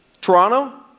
Toronto